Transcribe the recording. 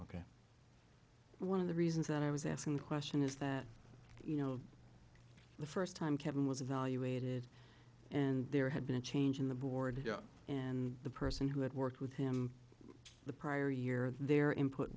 ok one of the reasons that i was asking the question is that you know the first time kevin was evaluated and there had been a change in the board and the person who had worked with him the prior year and their input